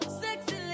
Sexy